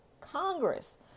Congress